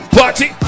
party